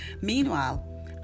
Meanwhile